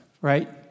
right